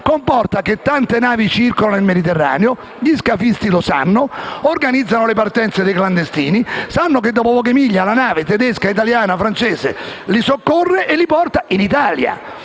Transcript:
comporta che tante navi circolino nel Mediterraneo e, siccome gli scafisti lo sanno, organizzano le partenze dei clandestini sapendo che, dopo poche miglia, la nave tedesca, italiana o francese li soccorrerà e li porterà in Italia.